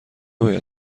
باید